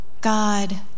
God